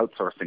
outsourcing